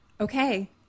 okay